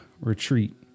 retreat